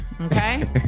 Okay